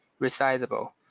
resizable